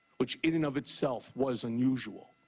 which in and of itself was unusual.